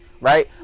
right